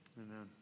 Amen